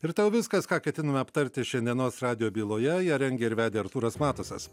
ir tai viskas ką ketinome aptarti šiandienos radijo byloje ją rengė ir vedė artūras matusas